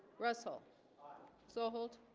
russell sold